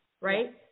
right